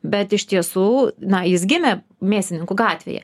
bet iš tiesų na jis gimė mėsininkų gatvėje